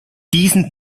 diesen